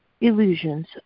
illusions